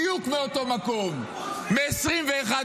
בדיוק מאותו מקום -- חוץ מביבי.